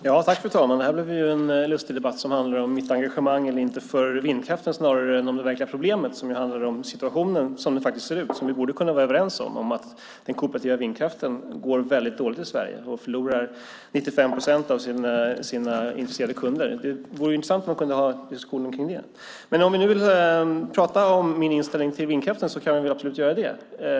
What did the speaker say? Fru talman! Det här blev en lustig debatt som handlar om mitt engagemang för vindkraften snarare än om det verkliga problemet, det vill säga hur situationen ser ut. Vi borde kunna vara överens om att den kooperativa vindkraften går väldigt dåligt i Sverige. Den förlorar 95 procent av sina intresserade kunder. Det vore intressant om vi kunde föra en diskussion om det. Men om ni nu vill prata om min inställning till vindkraften kan vi absolut göra det.